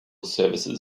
services